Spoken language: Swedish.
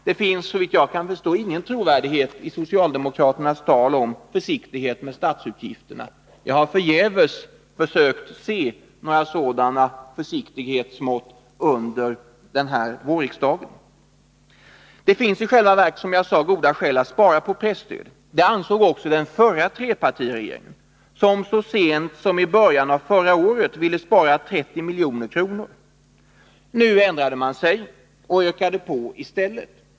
Det finns såvitt jag kan förstå ingen trovärdighet i deras tal om försiktighet med statsutgifterna; jag har förgäves försökt se några sådana försiktighetsmått under den här vårriksdagen. Det finns i själva verket, som jag sade, goda skäl att spara på presstödet. Det ansåg också den förra trepartiregeringen, som så sent som i början av förra året ville spara 30 milj.kr. Nu ändrade regeringen sig och ökade på i stället.